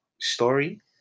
story